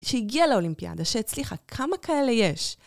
שהגיעה לאולימפיאדה, שהצליחה. כמה כאלה יש?